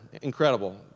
Incredible